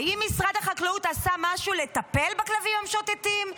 האם משרד החקלאות עשה משהו לטפל בכלבים המשוטטים?